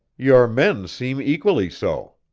your men seem equally so,